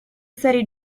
serie